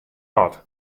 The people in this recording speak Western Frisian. dat